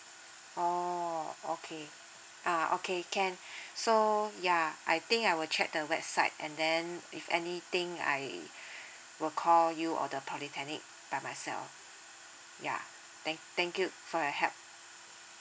oh okay ah okay can so yeah I think I will check the website and then if anything I will call you or the polytechnic by myself yeah thank thank you for your help